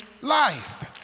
life